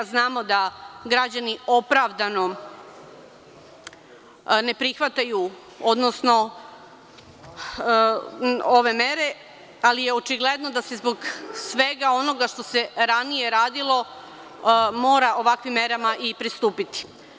Znamo da građani opravdano ne prihvataju ove mere, ali je očigledno da se zbog svega onoga što se ranije radilo mora ovakvim merama i pristupiti.